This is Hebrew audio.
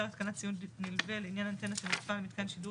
התקנת ציוד נלווה לעניין אנטנה שנוספה על מיתקן שידור